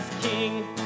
king